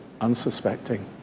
unsuspecting